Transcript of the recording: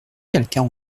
quelqu’un